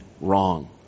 wrong